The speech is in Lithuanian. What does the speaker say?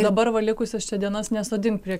dabar va likusias čia dienas nesodink prie